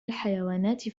الحيوانات